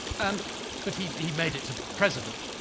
and but he he made it to president.